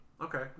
okay